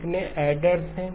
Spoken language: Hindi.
कितने ऐडरस है